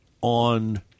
on